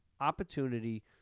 opportunity